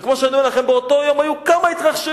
וכמו שאני אומר לכם, באותו יום היו כמה התרחשויות,